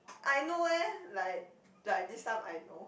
I know eh like like this time I know